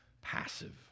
passive